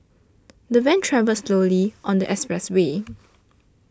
the van travelled slowly on the expressway